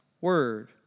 word